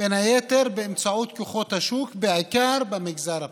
בין היתר באמצעות כוחות השוק, בעיקר במגזר הפרטי.